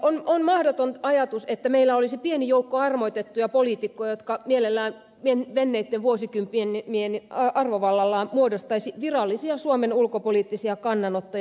on mahdoton ajatus että meillä olisi pieni joukko armoitettuja poliitikkoja jotka mielellään menneitten vuosikymmenien arvovallallaan muodostaisivat virallisia suomen ulkopoliittisia kannanottoja